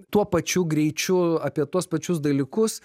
tuo pačiu greičiu apie tuos pačius dalykus